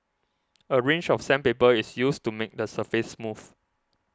a range of sandpaper is used to make the surface smooth